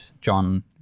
John